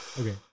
Okay